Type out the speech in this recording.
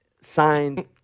signed